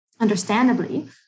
understandably